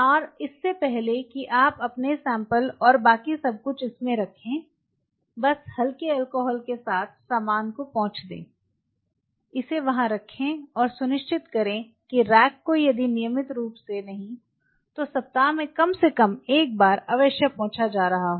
और इससे पहले कि आप अपने सैम्पल्स और बाकि सब कुछ इसमें रखें बस हल्के एलकोहॉल के साथ सामान को पोंछ दें इसे वहां रखें और सुनिश्चित करें कि रैक को यदि नियमित रूप से नहीं तो सप्ताह में कम से कम एक बार अवश्य पोंछा जा रहा है